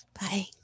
Bye